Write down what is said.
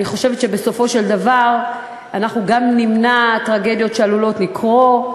אני חושבת שבסופו של דבר אנחנו נמנע טרגדיות שעלולות לקרות,